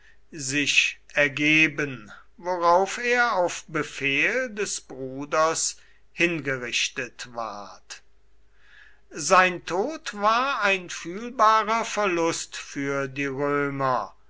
sich ergeben worauf er auf befehl des bruders hingerichtet ward sein tod war ein fühlbarer verlust für die römer